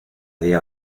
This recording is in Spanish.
día